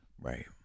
Right